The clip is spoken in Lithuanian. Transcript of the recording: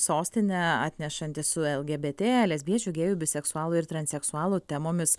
sostinę atnešanti su lgbt lesbiečių gėjų biseksualų ir transseksualų temomis